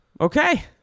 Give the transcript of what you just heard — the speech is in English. okay